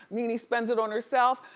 nene's spending it on herself.